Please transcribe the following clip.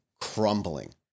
crumbling